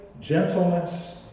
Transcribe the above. gentleness